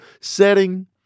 setting